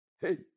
Hey